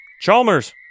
Chalmers